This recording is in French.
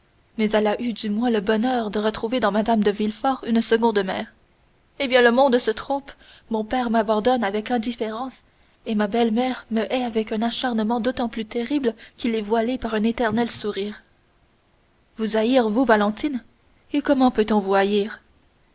mais elle a eu du moins le bonheur de retrouver dans mme de villefort une seconde mère eh bien le monde se trompe mon père m'abandonne avec indifférence et ma belle-mère me hait avec un acharnement d'autant plus terrible qu'il est voilé par un éternel sourire vous haïr vous valentine et comment peut-on vous haïr